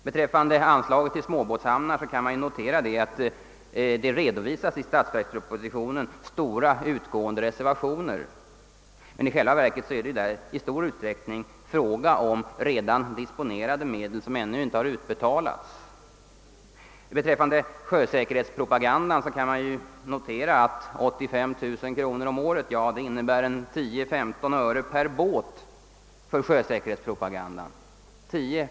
Beträffande anslaget till småbåtshamnar kan man notera att det i statsverkspropositionen redovisas stora utgående reservationer, men i själva verket är det där i stor utsträckning fråga om redan disponerade medel, vilka ännu inte har utbetalats. Beträffande sjösäkerhetspropagandan kan man notera att 85 000 kronor om året innebär 10—15 öre per båt för sjösäkerhetspropaganda.